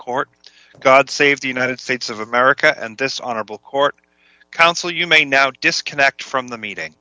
court god save the united states of america and this honorable court counsel you may now disconnect from the meeting